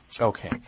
Okay